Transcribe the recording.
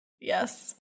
Yes